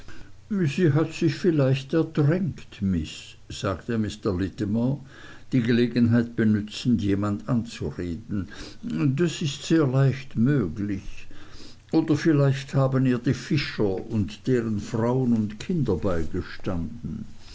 sie hat sich vielleicht ertränkt miß sagte mr littimer die gelegenheit benützend jemand anzureden das ist sehr leicht möglich oder vielleicht haben ihr die fischer und deren frauen und kinder beigestanden